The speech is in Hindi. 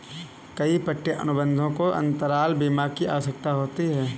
कई पट्टे अनुबंधों को अंतराल बीमा की आवश्यकता होती है